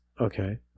Okay